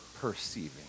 perceiving